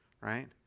right